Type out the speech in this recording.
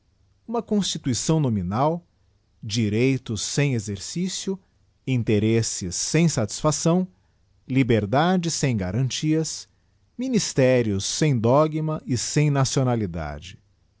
uma constituição nominal direitos sem exerci jcío interesses sem satísfgiíção liberdade sem garantias aiinifiterios sem dogma e seiç nacionalidade